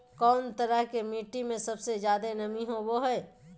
कौन तरह के मिट्टी में सबसे जादे नमी होबो हइ?